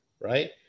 right